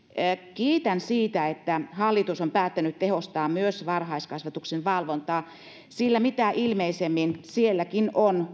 kiitän siitä että hallitus on päättänyt tehostaa myös varhaiskasvatuksen valvontaa sillä mitä ilmeisemmin sielläkin on